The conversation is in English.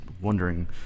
wondering